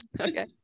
okay